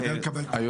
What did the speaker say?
כדי לקבל את ההטבה.